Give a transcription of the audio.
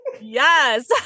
Yes